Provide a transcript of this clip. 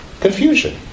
Confusion